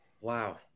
Wow